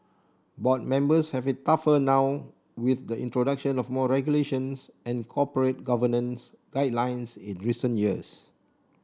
board members have it tougher now with the introduction of more regulations and corporate governance guidelines in recent years